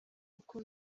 uko